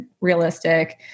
realistic